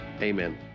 amen